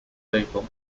people